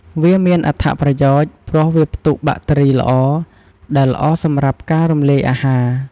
វាមានអត្ថប្រយោជន៍ ព្រោះវាផ្ទុកបាក់តេរីល្អ ដែលល្អសម្រាប់ការរំលាយអាហារ។